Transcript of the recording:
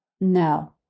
no